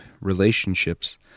relationships